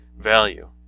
Value